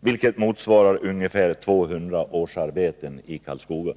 vilket motsvarar ungefär 200 årsarbeten i Karlskoga.